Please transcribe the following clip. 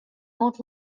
old